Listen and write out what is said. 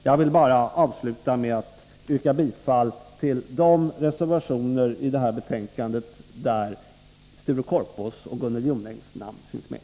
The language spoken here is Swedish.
Jag vill bara avsluta med att yrka bifall till de reservationer i detta betänkande där Sture Korpås och Gunnel Jonängs namn finns med.